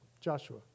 Joshua